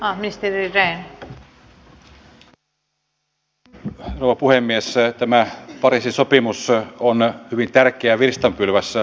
ahdistelija e ryhtyy tarvittaviin toimiin jotta harkinnanvaraista kuntoutusjärjestelmää vahvistetaan siten kuin niin sanottu